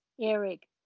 Eric